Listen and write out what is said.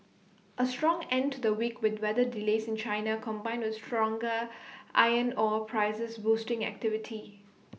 A strong end to the week with weather delays in China combined with stronger iron ore prices boosting activity